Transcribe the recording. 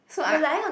so I'm